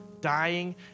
dying